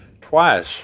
twice